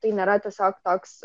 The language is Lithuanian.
tai nėra tiesiog toks